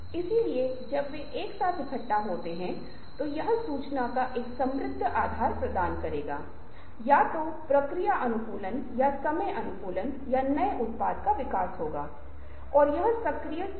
वास्तव में यदि आप कम से कम शुरुआती चरण में उड़ान मशीन और हवाई जहाज के पूरे विकास को देख रहे हैं तो विकास में पक्षियों को देखकर विकास शुरू हुआ इसलिए एक जैविक रूपक से आप यांत्रिक रूपक विकसित करना शुरू करते हैं